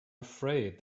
afraid